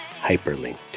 hyperlinked